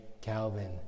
Calvin